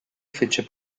fece